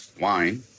wine